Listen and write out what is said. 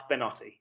Benotti